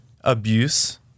abuse